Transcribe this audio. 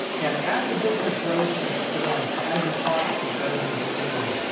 and as the business grows and expands, or as your product set grows and expands,